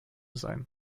sein